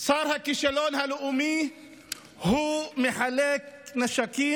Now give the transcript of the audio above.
שר הכישלון הלאומי מחלק נשקים.